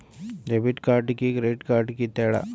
Debit కార్డుకి credit కార్డుకి తేడా?